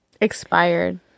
Expired